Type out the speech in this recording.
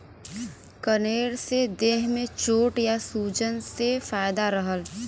कनेर से देह में चोट या सूजन से फायदा रहला